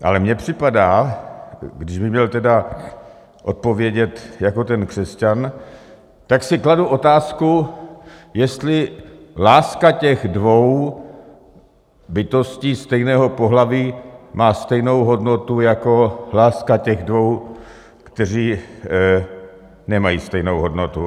Ale mně připadá, kdybych měl odpovědět jako ten křesťan, tak si kladu otázku, jestli láska těch dvou bytostí stejného pohlaví má stejnou hodnotu jako láska těch dvou, kteří nemají stejnou hodnotu.